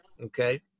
okay